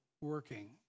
working